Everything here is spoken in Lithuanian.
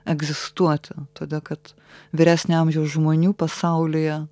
egzistuoti todėl kad vyresnio amžiaus žmonių pasaulyje